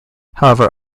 however